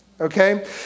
Okay